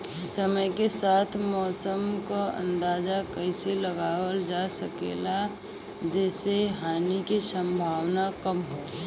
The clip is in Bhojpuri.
समय के साथ मौसम क अंदाजा कइसे लगावल जा सकेला जेसे हानि के सम्भावना कम हो?